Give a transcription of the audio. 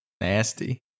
Nasty